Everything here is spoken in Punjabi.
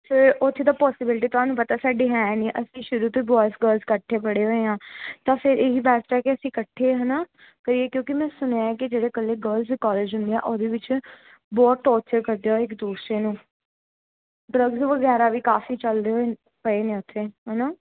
ਫਿਰ ਉੱਥੇ ਤਾਂ ਪੋਸੀਬਿਲਟੀ ਤੁਹਾਨੂੰ ਪਤਾ ਸਾਡੀ ਹੈ ਨਹੀਂ ਅਸੀਂ ਸ਼ੁਰੂ ਤੋਂ ਹੀ ਬੋਆਇਸ ਗਰਲਜ਼ ਇਕੱਠੇ ਪੜ੍ਹੇ ਹੋਏ ਹਾਂ ਤਾਂ ਫਿਰ ਇਹੀ ਦੱਸਦਾ ਕਿ ਅਸੀਂ ਇਕੱਠੇ ਹੈ ਨਾ ਕਰੀਏ ਕਿਉਂਕਿ ਮੈਂ ਸੁਣਿਆ ਹੈ ਕਿ ਜਿਹੜੇ ਇਕੱਲੇ ਗਰਲਸ ਕੋਲਜ ਹੁੰਦੇ ਆ ਉਹਦੇ ਵਿੱਚ ਬਹੁਤ ਟੋਰਚਰ ਕਰਦੇ ਆ ਇੱਕ ਦੂਸਰੇ ਨੂੰ ਡਰੱਗਜ਼ ਵਗੈਰਾ ਵੀ ਕਾਫੀ ਚੱਲ ਰਹੇ ਹੋਏ ਪਏ ਨੇ ਉੱਥੇ ਹੈ ਨਾ